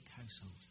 household